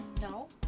No